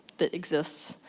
that exists,